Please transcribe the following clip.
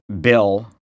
Bill